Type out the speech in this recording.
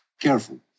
careful